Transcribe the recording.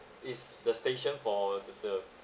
is the station for the the